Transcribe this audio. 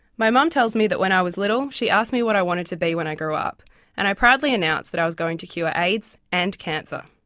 my mum tells me that when i was little she asked me what i wanted to be when i grew up and i proudly announced that i was going to cure aids and cancer.